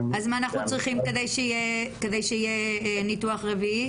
אז מה אנחנו צריכים כדי שיהיה ניתוח רביעי?